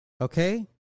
Okay